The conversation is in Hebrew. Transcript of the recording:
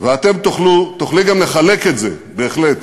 ואתם תוכלו, תוכלי גם לחלק את זה, בהחלט,